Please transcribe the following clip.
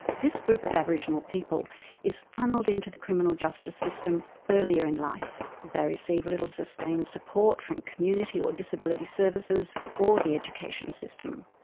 this group of aboriginal people is funneled into the criminal justice system earlier in life. they receive little sustained support from community or disability services or the education system.